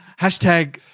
Hashtag